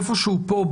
איפה שהוא פה,